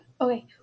Okay